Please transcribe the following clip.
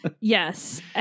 Yes